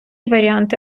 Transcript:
варіанти